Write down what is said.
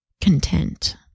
content